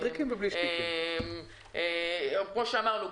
כפי שאמרנו,